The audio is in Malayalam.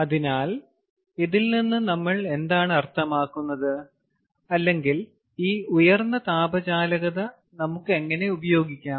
അതിനാൽ ഇതിൽ നിന്ന് നമ്മൾ എന്താണ് അർത്ഥമാക്കുന്നത് അല്ലെങ്കിൽ ഈ ഉയർന്ന താപചാലകത നമുക്ക് എങ്ങനെ ഉപയോഗിക്കാം